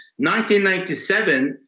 1997